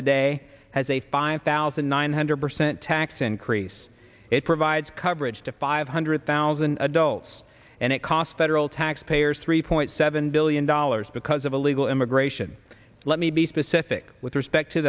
today has a five thousand nine hundred percent tax increase it provides coverage to five hundred thousand adults and it cost federal taxpayers three point seven billion dollars because of illegal immigration let me be specific with respect to